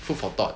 food for thought